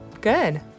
Good